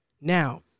Now